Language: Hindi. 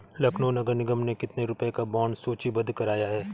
लखनऊ नगर निगम ने कितने रुपए का बॉन्ड सूचीबद्ध कराया है?